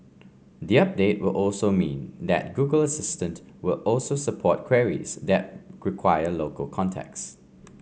the update will also mean that Google Assistant will also support queries that local context